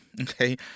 Okay